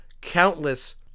countless